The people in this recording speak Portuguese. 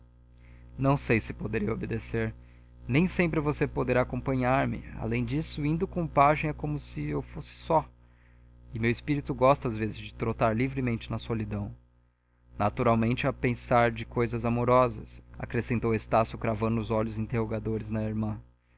não sei se poderei obedecer nem sempre você poderá acompanhar-me além disso indo com o pajem é como se fosse só e meu espírito gosta às vezes de trotar livremente na solidão naturalmente a pensar de coisas amorosas acrescentou estácio cravando os olhos interrogadores na irmã